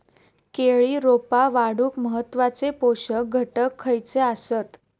केळी रोपा वाढूक महत्वाचे पोषक घटक खयचे आसत?